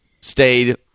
stayed